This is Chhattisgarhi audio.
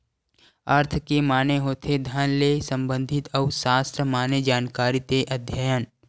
अर्थ के माने होथे धन ले संबंधित अउ सास्त्र माने जानकारी ते अध्ययन